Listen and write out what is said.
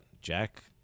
Jack